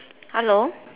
hello